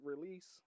release